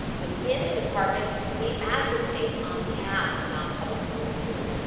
within the department we advocate on behalf of nonpublic school students.